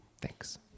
Thanks